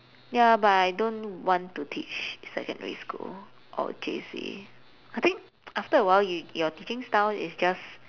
ya but I don't want to teach secondary school or J_C I think after awhile you~ your teaching style is just